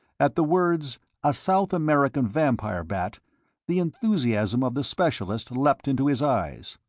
at the words a south american vampire bat the enthusiasm of the specialist leapt into his eyes.